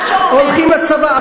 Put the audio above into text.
הולכים לצבא,